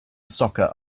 soccer